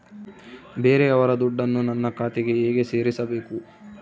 ಬೇರೆಯವರ ದುಡ್ಡನ್ನು ನನ್ನ ಖಾತೆಗೆ ಹೇಗೆ ಸೇರಿಸಬೇಕು?